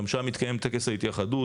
גם שם יתקיים טקס ההתייחדות,